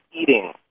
eating